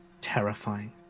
terrifying